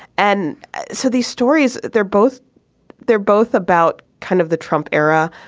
and so these stories they're both they're both about kind of the trump era.